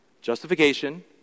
Justification